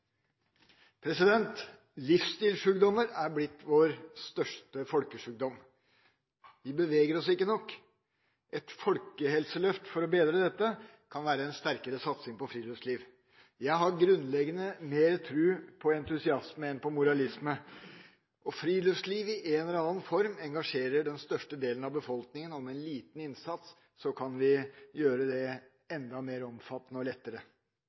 tamrein. Livsstilssjukdommer er blitt vår største folkesjukdom. Vi beveger oss ikke nok. Et folkehelseløft for å bedre dette kan være en sterkere satsing på friluftsliv. Jeg har grunnleggende mer tro på entusiasme enn på moralisme. Friluftsliv i en eller annen form engasjerer størstedelen av befolkningen, og med en liten innsats kan vi gjøre det enda mer omfattende og lettere.